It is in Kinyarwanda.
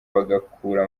bagakura